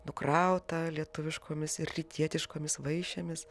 nukrautą lietuviškomis ir rytietiškomis vaišėmis